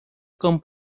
como